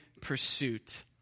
pursuit